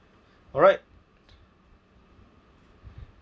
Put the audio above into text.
all right